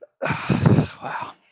Wow